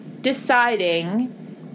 deciding